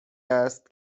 است